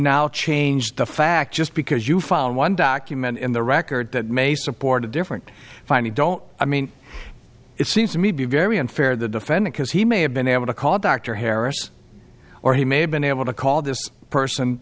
now change the fact just because you found one document in the record that may support a different fine you don't i mean it seems to me be very unfair the defendant has he may have been able to call dr harris or he may have been able to call this person